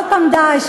עוד הפעם "דאעש".